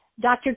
Dr